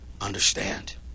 understand